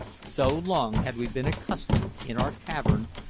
so long had we been accustomed, in our cavern,